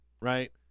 Right